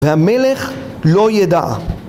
והמלך לא ידע.